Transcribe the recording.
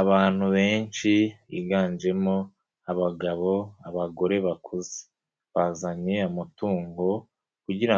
Abantu benshi biganjemo abagabo, abagore bakuze. Bazanye amatungo kugira